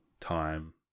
time